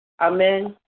Amen